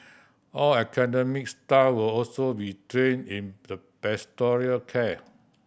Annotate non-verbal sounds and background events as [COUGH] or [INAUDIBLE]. all academic staff will also be trained in [UNINTELLIGIBLE] pastoral care